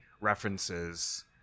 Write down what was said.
references